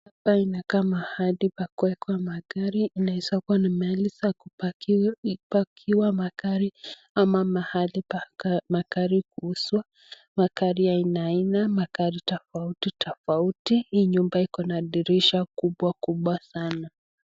Hapa inakaa pahali pa kuwekwa magari, inaeza kuwa za mahali pa kibakia magari ama mahali pa magari kuuzwa, magari ya aina aina magari tafauti tafauti , hii nyumba Iko na dirisha kubwa kubwa sana.